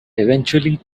eventually